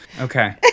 okay